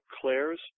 Claire's